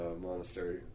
monastery